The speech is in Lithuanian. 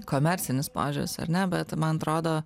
komercinis pažas ar ne bet man atrodo